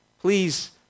please